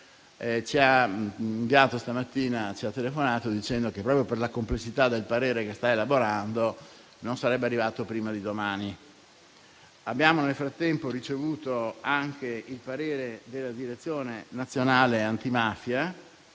alle Camere; stamattina ha telefonato dicendo che, proprio per la complessità del parere che sta elaborando, non sarebbe arrivato prima di domani. Nel frattempo, abbiamo ricevuto anche il parere della Direzione nazionale antimafia,